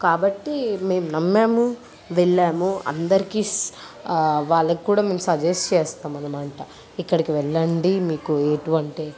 కాబట్టి మేము నమ్మాము వెళ్ళాము అందరికీ స్ వాళ్ళకి కూడా మేము సజెస్ట్ చేస్తాము అన్నమాట ఇక్కడికి వెళ్ళండి మీకు ఎటువంటి